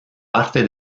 parte